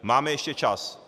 Máme ještě čas.